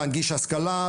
להנגיש השכלה,